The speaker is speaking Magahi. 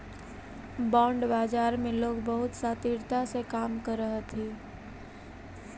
बॉन्ड बाजार में लोग बहुत शातिरता से काम करऽ हथी